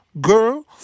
Girl